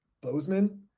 Bozeman